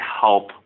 help